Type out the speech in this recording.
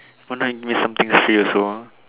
why not you give me some things free also ah